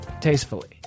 Tastefully